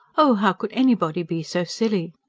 oh, how could anybody be so silly!